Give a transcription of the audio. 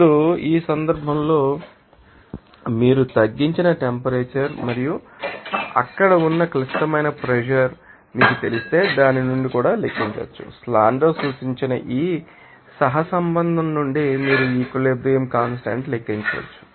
ఇప్పుడు ఈ సందర్భంలో ఈ కి మీరు తగ్గించిన టెంపరేచర్ మరియు అక్కడ ఉన్న క్లిష్టమైన ప్రెషర్ మీకు తెలిస్తే దాని నుండి కూడా లెక్కించవచ్చు సాండ్లర్ సూచించిన ఈ సహసంబంధం నుండి మీరు ఈ ఈక్విలిబ్రియం కాన్స్టాంట్ లెక్కించవచ్చు